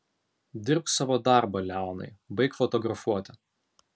dirbk savo darbą leonai baik fotografuoti